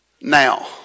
now